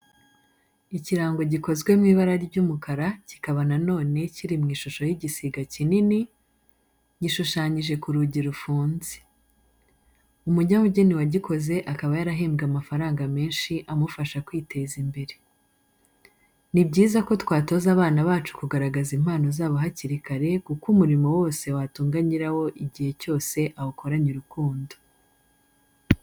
Ikirango gikozwe mu ibara ry'umukara kikaba na none kiri mu ishusho y'igisiga kinini, gishushanyije ku rugi rufunze. Umunyabugeni wagikoze akaba yarahembwe amafaranga menshi amufasha kwiteza imbere. Ni byiza ko twatoza abana bacu kugaragaza impano zabo hakiri kare kuko umurimo wose watunga nyirawo igihe cyose awukoranye urukundo,